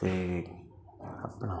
ਅਤੇ ਆਪਣਾ